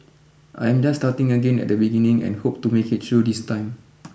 I am just starting again at the beginning and hope to make it through this time